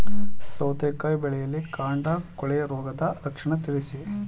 ಸೌತೆಕಾಯಿ ಬೆಳೆಯಲ್ಲಿ ಕಾಂಡ ಕೊಳೆ ರೋಗದ ಲಕ್ಷಣವನ್ನು ತಿಳಿಸಿ?